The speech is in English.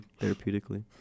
therapeutically